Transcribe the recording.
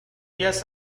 días